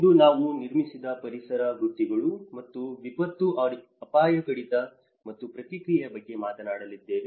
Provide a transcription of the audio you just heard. ಇಂದು ನಾವು ನಿರ್ಮಿಸಿದ ಪರಿಸರ ವೃತ್ತಿಗಳು ಮತ್ತು ವಿಪತ್ತು ಅಪಾಯ ಕಡಿತ ಮತ್ತು ಪ್ರತಿಕ್ರಿಯೆಯ ಬಗ್ಗೆ ಮಾತನಾಡಲಿದ್ದೇವೆ